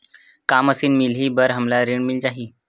का मशीन मिलही बर हमला ऋण मिल जाही?